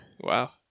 wow